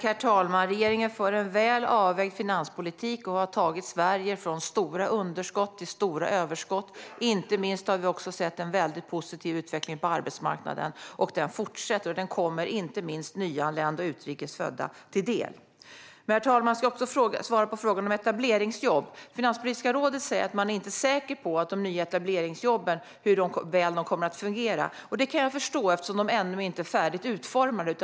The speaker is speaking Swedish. Herr talman! Regeringen för en väl avvägd finanspolitik och har tagit Sverige från stora underskott till stora överskott, och inte minst har vi sett en mycket positiv utveckling på arbetsmarknaden. Den fortsätter, och den kommer inte minst nyanlända och utrikes födda till del. Herr talman! Jag ska också svara på frågan om etableringsjobb. Finanspolitiska rådet säger att man inte är säker på hur väl de nya etableringsjobben kommer att fungera. Det kan jag förstå, eftersom de ännu inte är färdigt utformade.